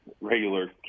regular